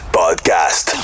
podcast